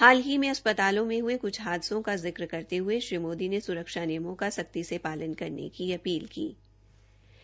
हाल ही में अस्प्तालों में ह्ये क्छ हादसों को जिक्र करते ह्ये श्री मोदी ने सुरक्षा नियमों का सख्ती से पालन करने की अपील की है